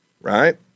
right